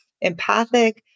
empathic